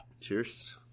Cheers